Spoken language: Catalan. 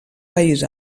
país